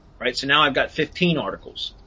right. so now i've got fifteen articles.